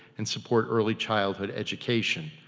and support early childhood education,